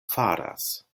faras